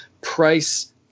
price